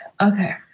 Okay